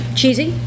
cheesy